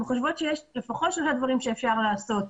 חושבים שיש לפחות שלושה דברים שאפשר לעשות.